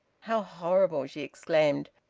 how horrible! she exclaimed.